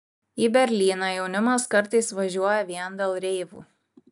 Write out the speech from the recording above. į berlyną jaunimas kartais važiuoja vien dėl reivų